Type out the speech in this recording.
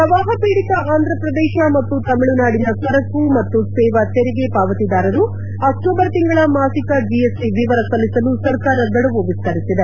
ಪ್ರವಾಹ ಪೀಡಿತ ಆಂಧಪ್ರದೇಶ ಮತ್ತು ತಮಿಳುನಾಡಿನ ಸರಕು ಮತ್ತು ಸೇವಾ ತೆರಿಗೆ ಪಾವತಿದಾರರು ಅಕ್ಟೋಬರ್ ತಿಂಗಳ ಮಾಸಿಕ ಜಿಎಸ್ಟಿ ವಿವರ ಸಲ್ಲಿಸಲು ಸರ್ಕಾರ ಗಡುವು ವಿಸ್ತರಿಸಿದೆ